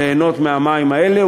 ליהנות מהמים האלה,